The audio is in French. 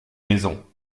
maison